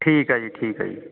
ਠੀਕ ਹੈ ਜੀ ਠੀਕ ਹੈ ਜੀ